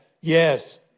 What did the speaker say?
Yes